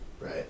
Right